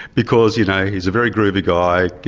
because you know, he's a very groovy guy,